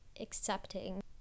accepting